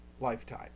lifetime